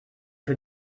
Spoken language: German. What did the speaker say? für